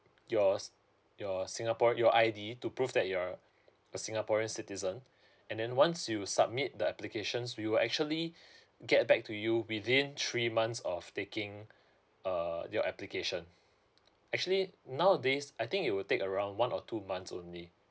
your your singaporean your I_D to prove that you're a a singaporean citizen and then once you submit the applications we will actually get back to you within three months of taking err your application actually nowadays I think it will take around one or two months only